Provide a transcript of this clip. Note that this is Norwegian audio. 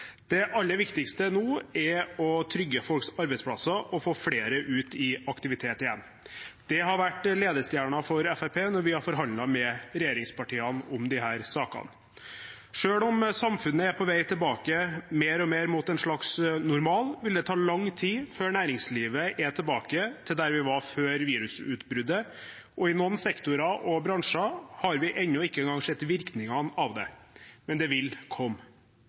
Det aller viktigste nå er å trygge folks arbeidsplasser og få flere ut i aktivitet igjen. Det har vært ledestjernen for Fremskrittspartiet når vi har forhandlet med regjeringspartiene om disse sakene. Selv om samfunnet er på vei tilbake mer og mer mot en slags normal, vil det ta lang tid før næringslivet er tilbake til der vi var før virusutbruddet. I noen sektorer og bransjer har vi ennå ikke engang sett virkningene av det – men det vil komme.